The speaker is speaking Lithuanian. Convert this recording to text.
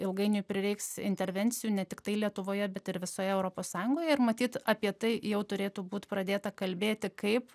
ilgainiui prireiks intervencijų ne tiktai lietuvoje bet ir visoje europos sąjungoje ir matyt apie tai jau turėtų būt pradėta kalbėti kaip